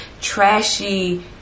trashy